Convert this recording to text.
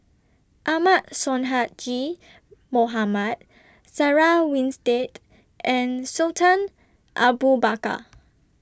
Ahmad Sonhadji Mohamad Sarah Winstedt and Sultan Abu Bakar